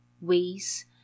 ways